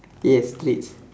yes treats